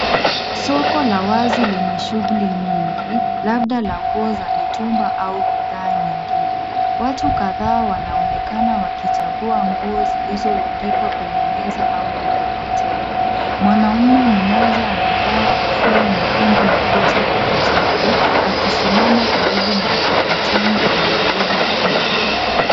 Soko la wazi lenye shughuli mingi, labda la nguo za mitumba au bidhaa nyingine. Watu kadhaa wanaonekana wakichagua nguo zilizorundikwa kwenye meza au mikokoteni. Mwanaume mmoja amevaa kofia nyekundu na koti la kijivu, akisimama karibu na mkokoteni uliobeba rundo la nguo.